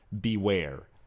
Beware